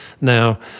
now